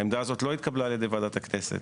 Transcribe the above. העמדה הזאת לא התקבלה על ידי ועדת הכנסת,